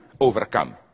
overcome